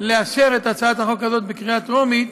לאשר את הצעת החוק בקריאה טרומית,